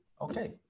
okay